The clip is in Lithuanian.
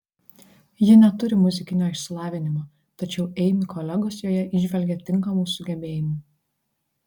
ji neturi muzikinio išsilavinimo tačiau eimi kolegos joje įžvelgia tinkamų sugebėjimų